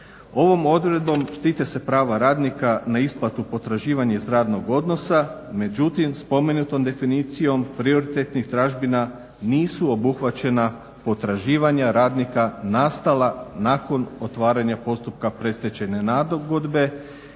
Ovom odredbom štite se prava radnika na isplatu potraživanja iz radnog odnosa, međutim spomenutom definicijom prioritetnih tražbina nisu obuhvaćena potraživanja radnika nastala nakon otvaranja postupka predstečajne nagodbe,